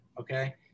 okay